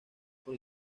por